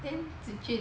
then zi jun